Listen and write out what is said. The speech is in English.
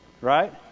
Right